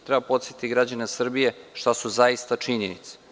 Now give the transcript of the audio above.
Treba podsetiti građane Srbije, šta su zaista činjenice.